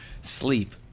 sleep